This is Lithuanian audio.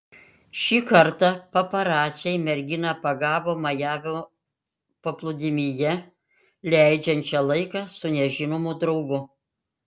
šį kartą paparaciai merginą pagavo majamio paplūdimyje leidžiančią laiką su nežinomu draugu